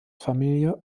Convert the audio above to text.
familie